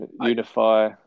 unify